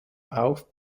auf